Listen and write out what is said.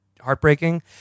heartbreaking